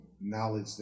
knowledge